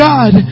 God